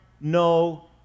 no